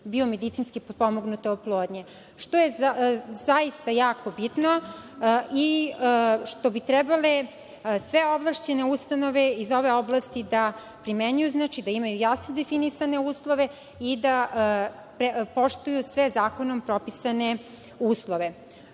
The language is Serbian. biomedicinski potpomognute oplodnje, što je zaista jako bitno i što bi trebale sve ovlašćene ustanove iz ove oblasti da primenjuju, znači, da imaju jasno definisane uslove i da poštuju sve zakonom propisane uslove.